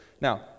Now